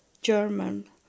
German